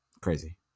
Crazy